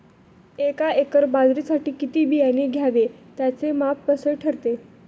एका एकर बाजरीसाठी किती बियाणे घ्यावे? त्याचे माप कसे ठरते?